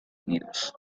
unidos